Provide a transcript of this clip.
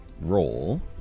role